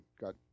got